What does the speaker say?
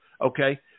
okay